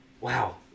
wow